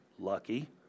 lucky